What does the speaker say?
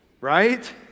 Right